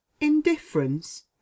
indifference